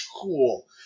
cool